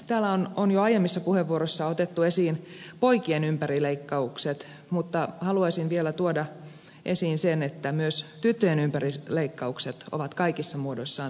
täällä on jo aiemmissa puheenvuoroissa otettu esiin poikien ympärileikkaukset mutta haluaisin vielä tuoda esiin sen että myös tyttöjen ympärileikkaukset ovat kaikissa muodoissaan tuomittavia